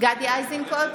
גדי איזנקוט,